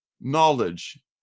knowledge